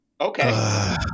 Okay